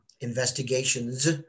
investigations